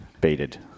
Baited